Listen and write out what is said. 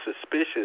suspicious